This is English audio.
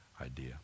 idea